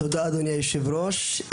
תודה אדוני היושב ראש.